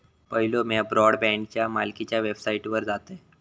पयलो म्या ब्रॉडबँडच्या मालकीच्या वेबसाइटवर जातयं